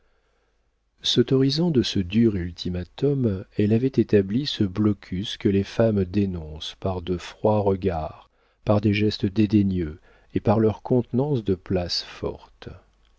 s'autorisant de ce dur ultimatum elle avait établi ce blocus que les femmes dénoncent par de froids regards par des gestes dédaigneux et par leur contenance de place forte